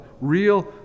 real